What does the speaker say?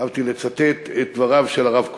אהבתי לצטט את דבריו של הרב קוק,